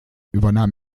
übernahm